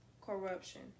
corruption